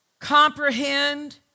comprehend